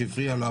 שהפריעו לו,